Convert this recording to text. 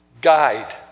guide